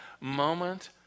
moment